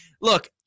look